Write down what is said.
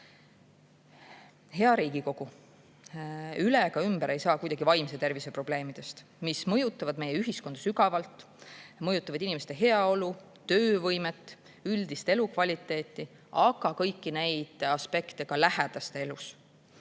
ei saa üle ega ümber vaimse tervise probleemidest, mis mõjutavad meie ühiskonda sügavalt, mõjutavad inimeste heaolu, töövõimet, üldist elukvaliteeti, aga kõiki neid aspekte ka lähedaste elus.